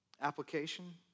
application